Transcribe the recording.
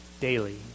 daily